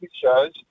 shows